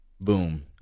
boom